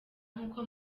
nk’uko